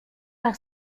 par